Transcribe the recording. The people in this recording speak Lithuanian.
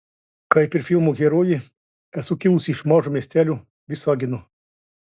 kaip ir filmo herojė esu kilusi iš mažo miestelio visagino